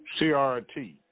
CRT